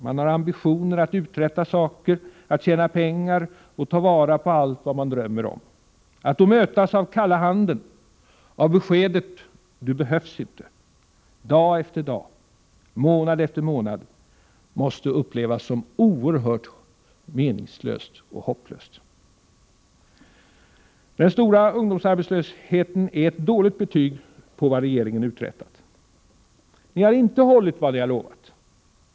Man har ambitionen att uträtta saker, att tjäna pengar och ta vara på allt vad man drömmer om. Att då dag efter dag och månad efter månad mötas av kalla handen och beskedet att man inte behövs måste upplevas såsom oerhört meningslöst och hopplöst. Den stora ungdomsarbetslösheten är ett dåligt betyg på vad regeringen har uträttat. Ni har inte hållit vad ni har lovat.